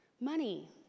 money